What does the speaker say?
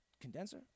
condenser